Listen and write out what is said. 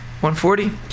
140